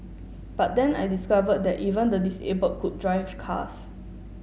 but then I discovered that even the disabled could drive cars